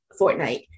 Fortnite